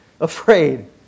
afraid